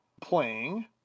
playing